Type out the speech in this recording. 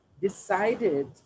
decided